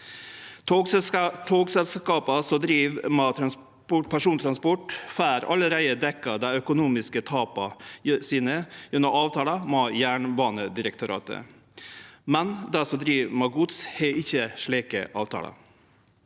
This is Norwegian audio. Togselskapa som driv med persontransport, får allereie dekt dei økonomiske tapa sine gjennom avtalar med Jernbanedirektoratet, men dei som driv med gods, har ikkje slike avtalar.